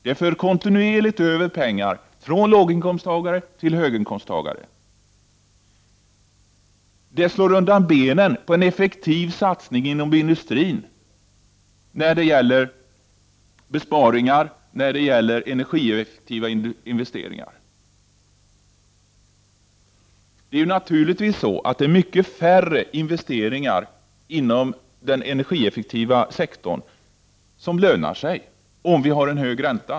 Den för kontinuerligt pengar från låginkomsttagare till höginkomsttagare. Den slår undan benen på en effektiv satsning inom industrin när det gäller besparingar och energieffektiva investeringar. Naturligtvis kommer färre investeringar inom den energieffektiva sektorn att löna sig, om vi har en hög ränta.